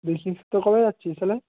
দেখিস তো কবে যাচ্ছিস তাহলে